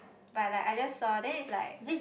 but like I just saw then it's like